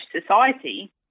society